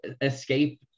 escape